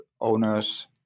owners